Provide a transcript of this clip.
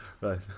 Right